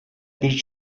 bir